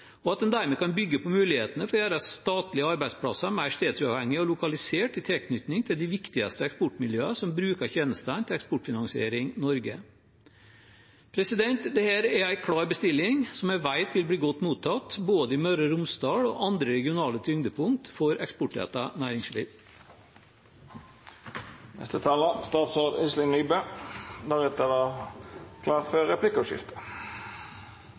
og at en dermed kan bygge på mulighetene for å gjøre statlige arbeidsplasser mer stedsuavhengige og lokalisert i tilknytning til de viktigste eksportmiljøene som bruker tjenestene til Eksportfinansiering Norge. Dette er en klar bestilling som jeg vet blir godt mottatt i både Møre og Romsdal og andre regionale tyngdepunkt for eksportrettet næringsliv. Regjeringen slår sammen GIEK og Eksportkreditt Norge for